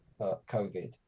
covid